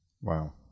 Wow